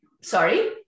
sorry